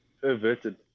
perverted